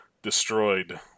destroyed